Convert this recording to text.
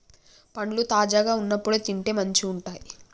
పండ్లు తాజాగా వున్నప్పుడే తింటే మంచిగుంటయ్